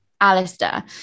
Alistair